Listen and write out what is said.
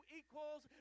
equals